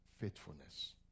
Faithfulness